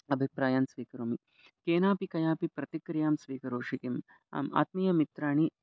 अभिप्रायान् स्वीकरोमि केनापि कयापि प्रतिक्रियां स्वीकरोषि किम् आम् आत्मीय मित्राणि